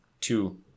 two